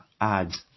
Ads